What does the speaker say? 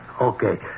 Okay